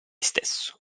stesso